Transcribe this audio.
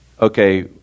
Okay